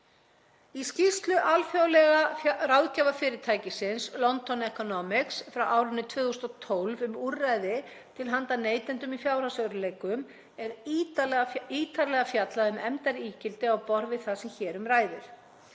Í skýrslu alþjóðlega ráðgjafarfyrirtækisins London Economics frá árinu 2012, um úrræði til handa neytendum í fjárhagserfiðleikum, er ítarlega fjallað um efndaígildi á borð við það sem hér um ræðir.